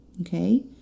Okay